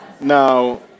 Now